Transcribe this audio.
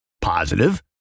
positive